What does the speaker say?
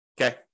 Okay